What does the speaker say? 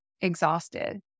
exhausted